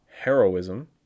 heroism